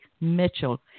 Mitchell